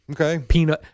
Okay